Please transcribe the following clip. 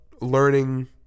learning